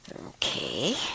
Okay